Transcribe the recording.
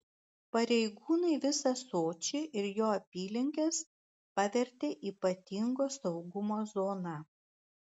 pareigūnai visą sočį ir jo apylinkes pavertė ypatingo saugumo zona